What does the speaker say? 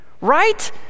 right